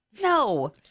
No